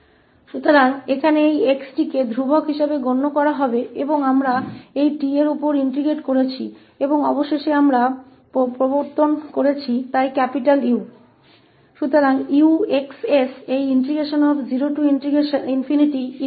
तो यहाँ इस 𝑥 को स्थिर माना जाएगा और हम 𝑡 पर इंटेग्रटिंग कर रहे हैं और अंत में हम इस 𝑠 को इस रूपांतरित अज्ञात में पेश कर रहे हैं इसलिए 𝑈